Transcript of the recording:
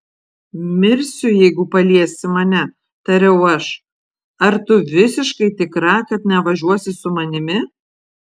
mirsiu jeigu paliesi mane tariau aš ar tu visiškai tikra kad nevažiuosi su manimi